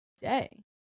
day